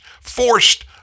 forced